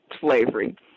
slavery